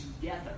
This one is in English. together